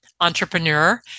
entrepreneur